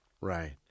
Right